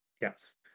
Yes